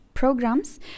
programs